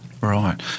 right